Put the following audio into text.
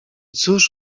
cóż